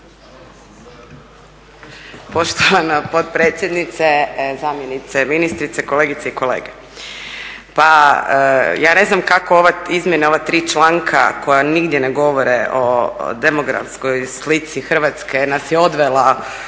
Poštovana potpredsjednice, zamjenice ministrice, kolegice i kolege. Pa ja ne znam kako ove izmjene ova tri članka koja nigdje ne govore o demografskoj slici Hrvatske nas je odvela